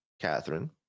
Catherine